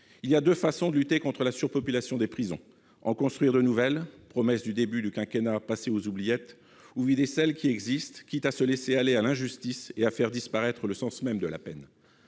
Il y a deux façons de lutter contre la surpopulation des prisons : en construire de nouvelles- promesse du début du quinquennat passée aux oubliettes -ou vider celles qui existent, quitte à se laisser aller à l'injustice et à faire disparaître le sens même de la peine.